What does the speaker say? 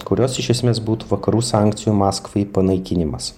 kurios iš esmės būtų vakarų sankcijų maskvai panaikinimas